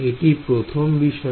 এটি প্রথম বিষয়